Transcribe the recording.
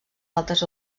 altes